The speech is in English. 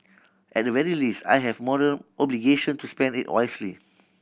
at the very least I have moral obligation to spend it wisely